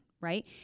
Right